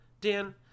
Dan